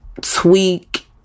tweak